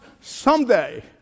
someday